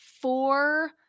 four